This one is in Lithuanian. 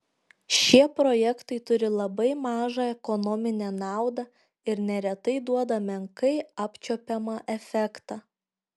šie projektai turi labai mažą ekonominę naudą ir neretai duoda menkai apčiuopiamą efektą